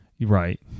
right